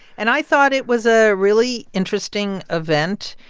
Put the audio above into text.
and i thought it was a really interesting event.